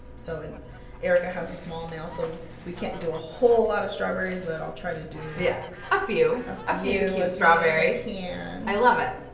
so in ericka has a small nail so we can't do a whole lot of strawberries but i'll try to do yeah a few a huge strawberry here. i love it